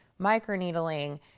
microneedling